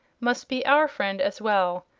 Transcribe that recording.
must be our friend, as well.